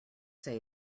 say